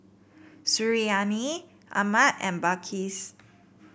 Suriani Ahmad and Balqis